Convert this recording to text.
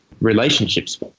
relationships